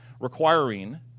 requiring